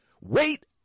Wait